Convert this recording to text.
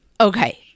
Okay